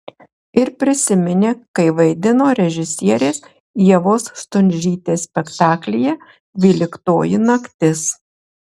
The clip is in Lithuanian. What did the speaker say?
ir prisiminė kai vaidino režisierės ievos stundžytės spektaklyje dvyliktoji naktis